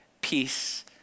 peace